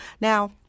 Now